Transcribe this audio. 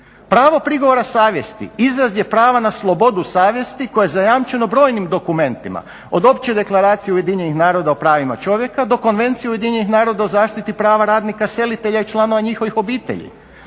Pravo prigovora savjesti izraz je prava na slobodu savjesti koje je zajamčeno brojnim dokumentima od Opće deklaracije ujedinjenih naroda o pravima čovjeka do Konvencije ujedinjenih naroda o zaštiti prava radnika selitelja i članova njihovih obitelji.